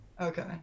okay